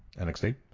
NXT